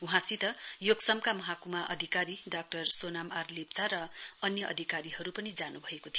वहाँसित योक्समका महकुमा अधिकारी डाक्टर सोनाम आर लेप्चा र अन्य अधिकारीहरु पनि जानुभएको थियो